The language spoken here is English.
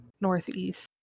northeast